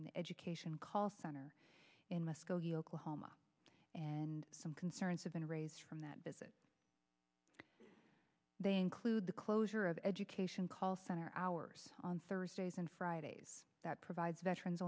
an education call center in muskogee oklahoma and some concerns have been raised from that visit they include the closure of education call center hours on thursdays and fridays that provides veterans